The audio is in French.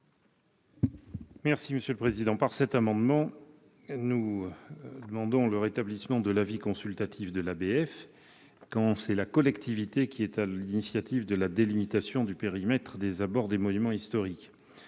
est à M. le ministre. Par cet amendement, nous demandons le rétablissement de l'avis consultatif de l'ABF quand c'est la collectivité qui est à l'initiative de la délimitation du périmètre des abords des monuments historiques.